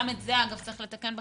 גם את זה, אגב, צריך לתקן בחקיקה.